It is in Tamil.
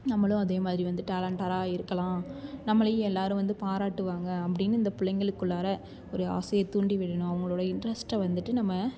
நம்மளும் அதே மாதிரி வந்துட்டு டேலண்ட்டராக இருக்கலாம் நம்மளையும் எல்லோரும் வந்து பாராட்டுவாங்க அப்படினு இந்த பிள்ளைங்க்குள்ளாற ஒரு ஆசையை தூண்டிவிடணும் அவங்களோட இன்ட்ரெஸ்ட்டை வந்துட்டு நம்ம